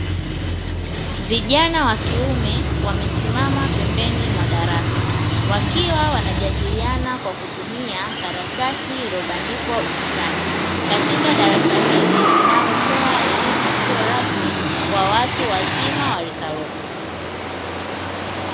Vijana wa kiume wamesimama pembeni mwa darasa wakiwa wanajadiliana kwa kutumia karatasi iliyobandikwa ukutani, katika darasa hili linalotoa elimu isiyo rasmi kwa watu wazima wa rika lote.